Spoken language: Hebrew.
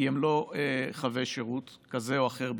כי הם לא חבי שירות כזה או אחר בכלל,